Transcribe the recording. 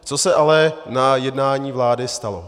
Co se ale na jednání vlády stalo?